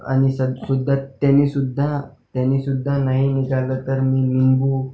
आणि चत् सुद्धा त्यानीसुद्धा त्यानीसुद्धा नाही निघालं तर मी निंबू